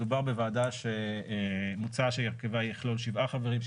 מדובר בוועדה שמוצע שהרכבה יכלול שבעה חברים,